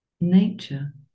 nature